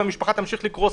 גרים שם